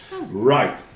Right